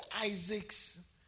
Isaacs